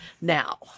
Now